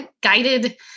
guided